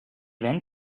went